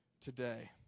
today